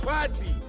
Party